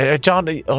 John